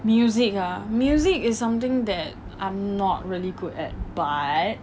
music ah music is something that I'm not really good at but